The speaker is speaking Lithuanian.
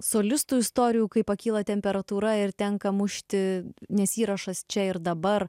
solistų istorijų kai pakyla temperatūra ir tenka mušti nes įrašas čia ir dabar